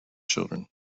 children